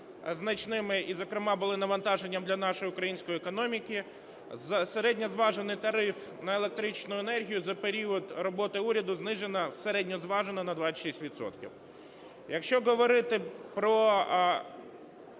значними і зокрема були навантаженням для нашої української економіки, середньозважений тариф на електричну енергію за період роботи уряду знижено середньозважено на 26 відсотків. Якщо говорити про